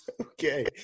Okay